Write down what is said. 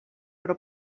però